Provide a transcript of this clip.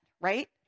right